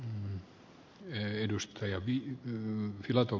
hyvin lyhyesti vain